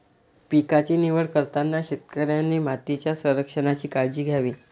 पिकांची निवड करताना शेतकऱ्याने मातीच्या संरक्षणाची काळजी घ्यावी